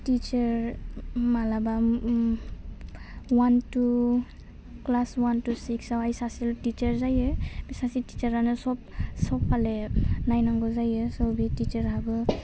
teacher मालाबा uh um one two class one two six आवहाय सासे टिचार जायो सासे टिचारानो सब सब फाले नायनांगौ जायो सह बे टिचारहाबो